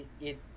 it-